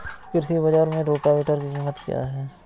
कृषि बाजार में रोटावेटर की कीमत क्या है?